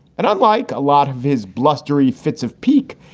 and unlike a lot of his blustery fits of pique,